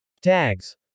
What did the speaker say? Tags